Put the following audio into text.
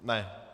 Ne.